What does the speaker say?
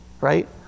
right